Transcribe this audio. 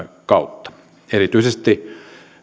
kautta erityisesti